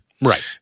Right